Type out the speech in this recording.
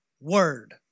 word